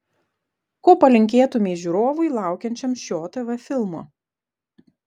ko palinkėtumei žiūrovui laukiančiam šio tv filmo